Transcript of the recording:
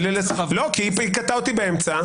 היא קטעה אותי באמצע.